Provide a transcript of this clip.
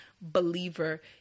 believer